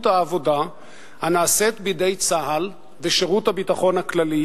העבודה הנעשית בידי צה"ל ושירות הביטחון הכללי,